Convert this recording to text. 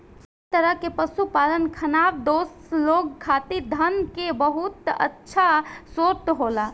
एह तरह के पशुपालन खानाबदोश लोग खातिर धन के बहुत अच्छा स्रोत होला